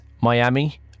Miami